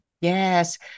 yes